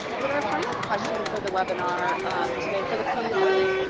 but our final question for the webinar today for the panel is,